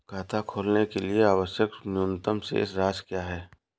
खाता खोलने के लिए आवश्यक न्यूनतम शेष राशि क्या है?